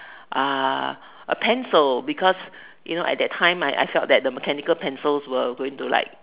uh a pencil because you know at that time I I felt that the mechanical pencils where going to like